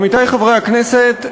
עמיתי חברי הכנסת,